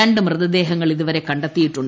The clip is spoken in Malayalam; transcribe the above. രണ്ട് മൃതദേഹങ്ങൾ ഇതുവരെ കണ്ടെത്തിയിട്ടുണ്ട്